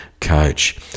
Coach